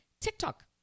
TikTok